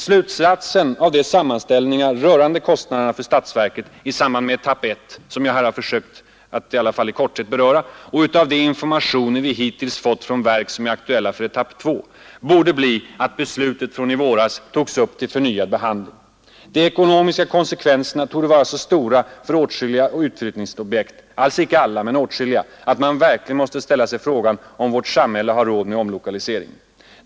Slutsatsen av de sammanställningar rörande kostnaderna för statsverket i samband med etapp 1 som jag har försökt i korthet beröra — och utav de informationer vi hittills fått från verk som är aktuella för etapp 2 — borde bli att beslutet från i våras togs upp till förnyad behandling. De ekonomiska konsekvenserna torde vara så stora för åtskilliga utflyttningsobjekt — alls icke alla, men åtskilliga — att man verkligen måste ställa sig frågan om vårt samhälle har råd med omlokaliseringen.